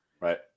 Right